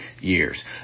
years